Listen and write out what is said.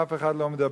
ואף אחד לא מדבר.